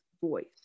voice